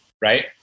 right